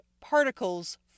particles